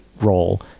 role